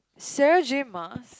Sarah-Jay-Mars